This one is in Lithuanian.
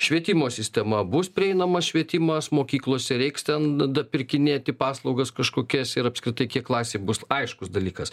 švietimo sistema bus prieinamas švietimas mokyklose reiks ten dapirkinėti paslaugas kažkokias ir apskritai kiek klasėj bus aiškus dalykas